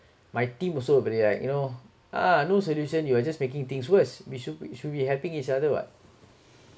my team also very like you know ah no solution you will just making things worse we should we should be helping each other what